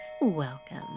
welcome